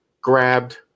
grabbed